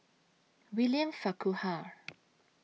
William Farquhar